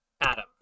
Adam